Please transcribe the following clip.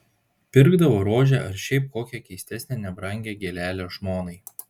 pirkdavo rožę ar šiaip kokią keistesnę nebrangią gėlelę žmonai